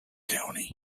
county